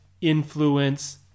influence